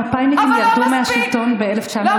המפא"יניקים ירדו מהשלטון ב-1977.